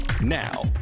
Now